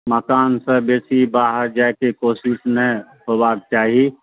मकानसँ बेसी बाहर जाइके कोशिश नहि हेबाक चाही